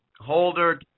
holder